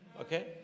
Okay